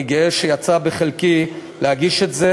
אני גאה שנפל בחלקי להגיש את זה.